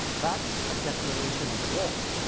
that's a declaration of war.